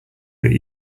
got